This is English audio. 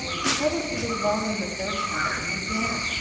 he published a little volume of verse once and, janet,